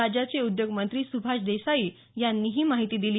राज्याचे उद्योग मंत्री सुभाष देसाई यांनी ही माहिती दिली